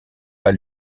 pas